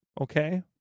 Okay